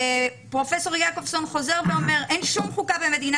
פרופ' יעקובסון חוזר ואומר: אין שום חוקה במדינה